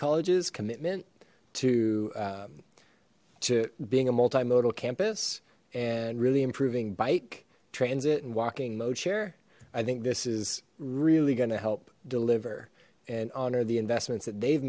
college's commitment to um to being a multimodal campus and really improving bike transit and walking mo chair i think this is really going to help deliver and honor the investments that they've